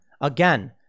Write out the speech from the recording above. Again